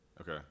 okay